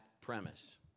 premise